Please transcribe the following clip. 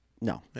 No